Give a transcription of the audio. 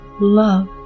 love